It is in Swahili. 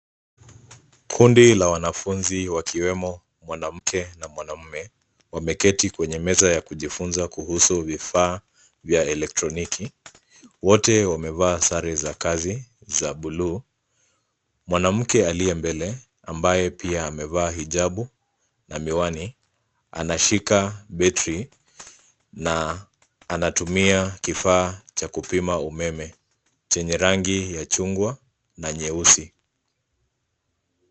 Kundi la wanafunzi, wakiwemo mwanamke na mwanaume, wameketi kwenye meza wakijifunza kuhusu vifaa vya elektroniki. Wote wamevaa sare za kazi za bluu. Mwanamke aliye mbele, ambaye pia amevaa hijabu na miwani, anashika betri na anatumia kifaa cha kupima umeme chenye rangi ya chungwa na nyeusi.